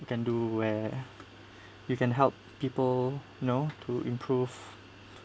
you can do where you can help people you know to improve